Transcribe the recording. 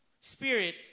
spirit